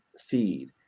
feed